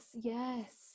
yes